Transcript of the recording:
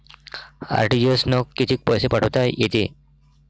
RTGS न कितीक पैसे पाठवता येते?